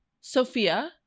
Sophia